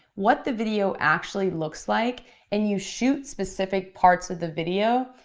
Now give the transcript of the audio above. what the video actually looks like and you shoot specific parts of the video,